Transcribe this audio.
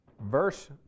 verse